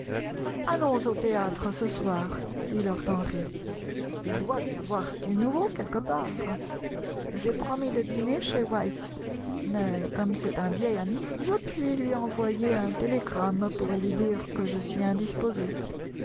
allons au théâtre ce soir dit lord henry il doit y avoir du nouveau quelque part j'ai promis de dîner chez white mais comme c'est un vieil ami je puis lui envoyer un télégramme pour lui dire que je suis indisposé